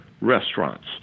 restaurants